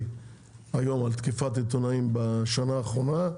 היום על תקיפת עיתונאים בשנה האחרונה,